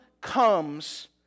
comes